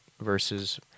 versus